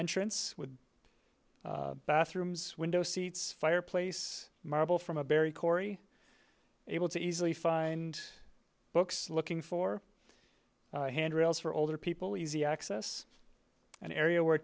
entrance with bathrooms window seats fireplace marble from a berry cory able to easily find books looking for handrails for older people easy access an area where